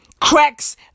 cracks